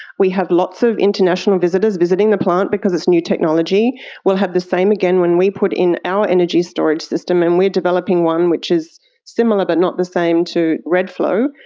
we have lots of international visitors visiting the plant because it's new technology. we will have the same again when we put in our energy storage system, and we are developing one which is similar but not the same to redflow.